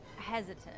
hesitant